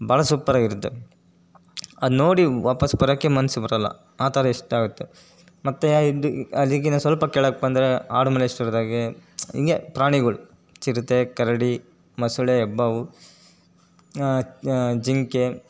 ಭಾಳ ಸೂಪ್ಪರಾಗಿ ಇರುತ್ತೆ ಅದು ನೋಡಿ ವಾಪಸ್ ಬರೋಕ್ಕೇ ಮನ್ಸು ಬರೋಲ್ಲ ಆ ಥರ ಇಷ್ಟ ಆಗುತ್ತೆ ಮತ್ತು ಅಲ್ಲಿಗಿಂತ ಸ್ವಲ್ಪ ಕೆಳಗೆ ಬಂದರೆ ಆಡುಮಲೇಶ್ವರದಾಗೆ ಹಿಂಗೇ ಪ್ರಾಣಿಗಳು ಚಿರತೆ ಕರಡಿ ಮೊಸಳೆ ಹೆಬ್ಬಾವು ಜಿಂಕೆ